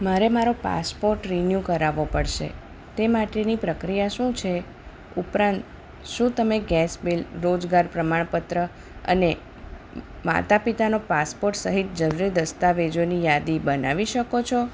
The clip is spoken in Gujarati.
મારે મારો પાસપોર્ટ રિન્યૂ કરાવો પડશે તે માટેની પ્રક્રિયા શું છે ઉપરાંત શું તમે ગેસ બિલ રોજગાર પ્રમાણપત્ર અને માતાપિતાનો પાસપોર્ટ સહિત જરૂરી દસ્તાવેજોની યાદી બનાવી શકો છો